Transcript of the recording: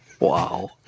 Wow